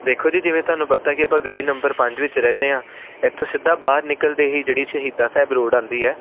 ਦੇਖੋ ਜੀ ਜਿਵੇਂ ਤੁਹਾਨੂੰ ਪਤਾ ਕਿ ਆਪਾਂ ਗਲੀ ਨੰਬਰ ਪੰਜ ਵਿੱਚ ਰਹਿੰਦੇ ਹਾਂ ਇਥੋਂ ਸਿੱਧਾ ਬਾਹਰ ਨਿਕਲਦੇ ਹੀ ਜਿਹੜੀ ਸ਼ਹੀਦਾਂ ਸਾਹਿਬ ਰੋਡ ਆਉਂਦੀ ਹੈ